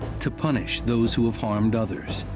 to punish those who have harmed others